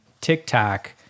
TikTok